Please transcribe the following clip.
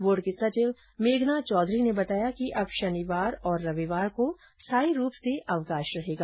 board की सचिव मेघना चौधरी ने बताया कि अब शनिवार और रविवार को स्थाई रूप से अवकाश रहेगा